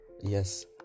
Yes